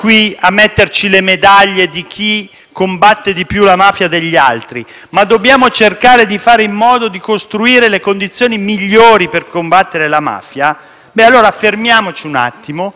combatte di più la mafia rispetto agli altri, ma dobbiamo cercare di fare in modo di costruire le condizioni migliori per combattere la mafia, allora fermiamoci un attimo. Se riteniamo che l'articolo